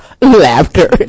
laughter